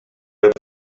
have